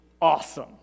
awesome